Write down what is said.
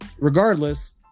regardless